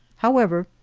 however,